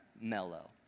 mellow